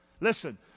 Listen